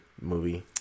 movie